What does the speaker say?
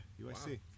UIC